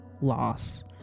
loss